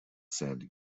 sandy